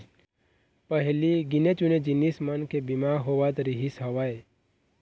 पहिली गिने चुने जिनिस मन के बीमा होवत रिहिस हवय